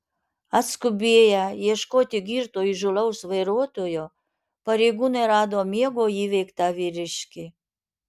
atskubėję ieškoti girto įžūlaus vairuotojo pareigūnai rado miego įveiktą vyriškį